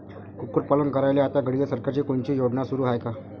कुक्कुटपालन करायले आता घडीले सरकारची कोनची योजना सुरू हाये का?